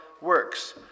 works